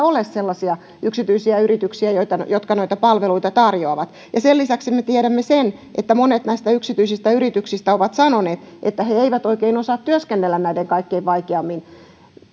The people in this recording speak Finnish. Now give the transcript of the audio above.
edes ole sellaisia yksityisiä yrityksiä jotka noita palveluita tarjoavat sen lisäksi me tiedämme sen että monet näistä yksityisistä yrityksistä ovat sanoneet että he eivät oikein osaa työskennellä näiden kaikkein vaikeimmin